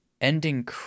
ending